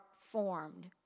formed